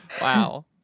wow